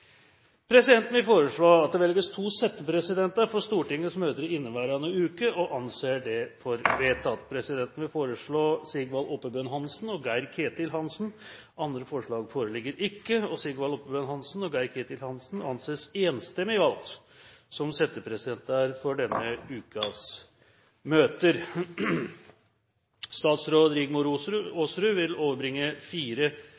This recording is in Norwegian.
Presidenten vil foreslå at det velges to settepresidenter for Stortingets møter i dag og for resten av inneværende uke – og anser det som vedtatt. Presidenten vil foreslå Sigvald Oppebøen Hansen og Geir-Ketil Hansen. – Andre forslag foreligger ikke, og Sigvald Oppebøen Hansen og Geir-Ketil Hansen anses enstemmig valgt som settepresidenter for denne ukens møter.